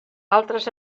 altres